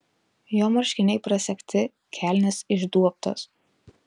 jo marškiniai prasegti kelnės išduobtos